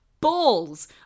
balls